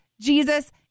Jesus